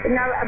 now